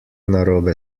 narobe